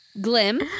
Glim